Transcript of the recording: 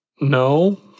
No